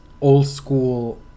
old-school